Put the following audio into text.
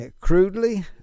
crudely